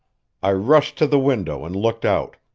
i rushed to the window and looked out.